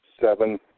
seven